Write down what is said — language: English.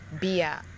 beer